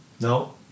No